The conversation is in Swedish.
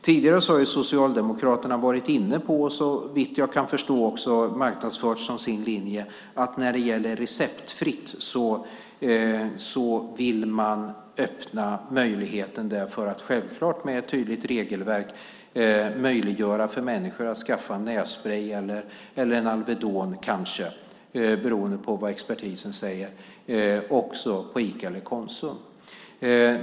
Tidigare har Socialdemokraterna varit inne på - och såvitt jag kan förstå också marknadsfört som linje - att när det gäller receptfritt vill man öppna för att, självklart med ett tydligt regelverk, möjliggöra för människor att skaffa nässprej eller kanske Alvedon, beroende på vad expertisen säger, också på Ica eller Konsum.